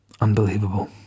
Unbelievable